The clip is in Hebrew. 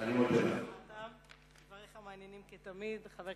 לחבר הכנסת זאב.